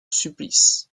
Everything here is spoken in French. supplice